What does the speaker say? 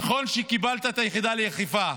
נכון שקיבלת את היחידה לאכיפה,